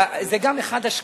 לב גם מה שהיה פה קודם.